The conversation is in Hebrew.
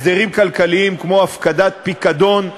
הסדרים כלכליים כמו הפקדת פיקדון,